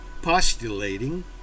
postulating